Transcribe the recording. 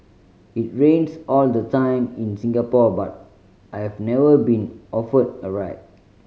it rains all the time in Singapore but I've never been offered a ride